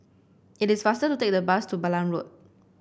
it is faster to take the bus to Balam Road